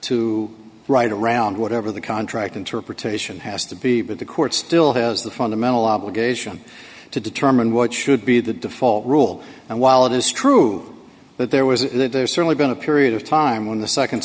to write around whatever the contract interpretation has to be but the court still has the fundamental obligation to determine what should be the default rule and while it is true that there was there's certainly been a period of time when the